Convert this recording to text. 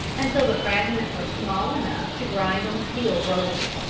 until the fragments are small enough to grind on steel rollers.